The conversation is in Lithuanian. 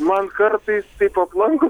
man kartais taip aplanko